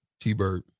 T-Bird